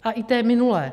A i té minulé.